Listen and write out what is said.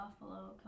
Buffalo